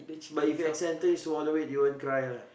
but if you accidentally swallow it you won't cry lah